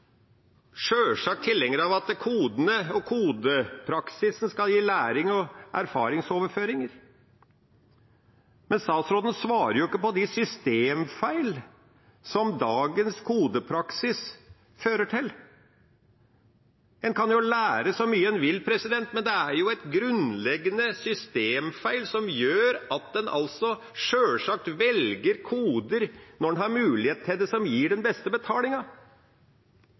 sjølsagt tilhenger av. Vi er sjølsagt tilhenger av at kodene og kodepraksisen skal gi læring og erfaringsoverføring. Men statsråden svarer jo ikke på spørsmålene om de systemfeilene som dagens kodepraksis fører til. En kan jo lære så mye en vil, men det er en grunnleggende systemfeil som gjør at en sjølsagt velger koder – når en har mulighet til det – som gir den beste